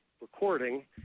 recording